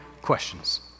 questions